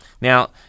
Now